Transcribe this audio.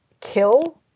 kill